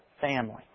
family